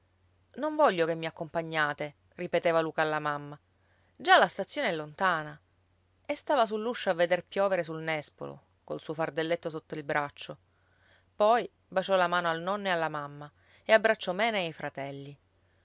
non voglio che mi accompagniate ripeteva luca alla mamma già la stazione è lontana e stava sull'uscio a veder piovere sul nespolo col suo fardelletto sotto il braccio poi baciò la mano al nonno e alla mamma e abbracciò mena e i fratelli